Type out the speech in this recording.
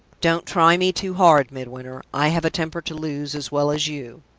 don't try me too hard, midwinter, i have a temper to lose as well as you.